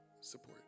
support